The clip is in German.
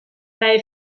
bei